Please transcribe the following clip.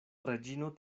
reĝino